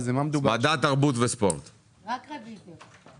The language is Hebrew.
רשויות מקומיות.